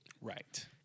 Right